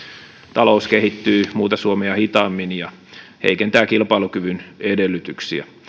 talous kehittyy muuta suomea hitaammin ja heikentää kilpailukyvyn edellytyksiä